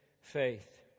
faith